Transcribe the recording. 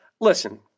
listen